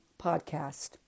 podcast